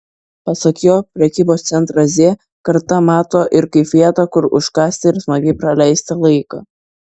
pasak jo prekybos centrą z karta mato ir kaip vietą kur užkąsti ir smagiai praleisti laiką